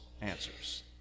answers